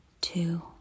two